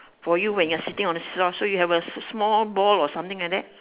for you when you are sitting on the see-saw so you have a small ball or something like that